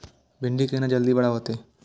भिंडी केना जल्दी बड़ा होते?